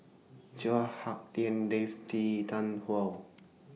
Chua Hak Lien Dave T Tarn How